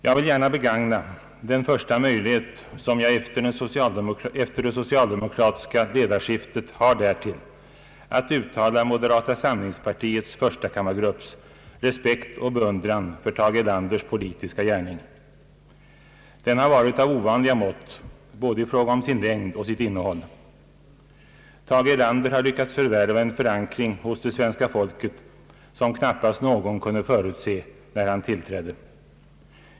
Jag vill gärna begagna den första möjlighet, som jag efter det socialdemokratiska ledarskiftet har därtill, att uttala moderata samlingspartiets förstakammargrupps respekt och beundran för Tage Erlanders politiska gärning. Den har varit av ovanliga mått, i fråga om både sin längd och sitt innehåll. Tage Erlander har lyckats förvärva en förankring hos det svenska folket som knappast någon kunde förutse när han tillträdde.